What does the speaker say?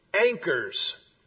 anchors